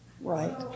Right